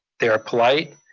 they are polite.